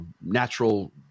natural